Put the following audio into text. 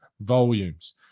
volumes